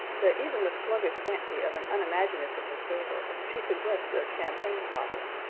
to even the sluggish fancy of an unimaginative observer she suggests a champagne bottle,